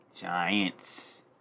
Giants